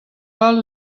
all